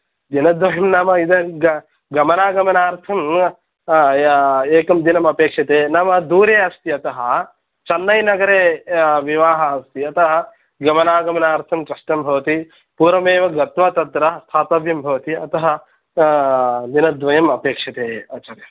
दिनद्वयं नाम इद गमनागमनार्थं एकं दिनमपेक्षते नाम दूरे अस्ति अतः चेन्नैनगरे विवाहः अस्ति अतः गमनागमनार्थं कष्टं भवति पूर्वमेव गत्वा तत्र स्थातव्यं भवति अतः दिनद्वयं अपेक्षते आचार्यः